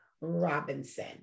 Robinson